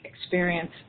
experience